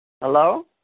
Hello